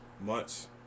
months